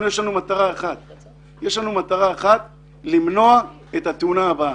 ולכולנו יש מטרה למנוע את התאונה הבאה.